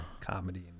Comedy